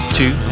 two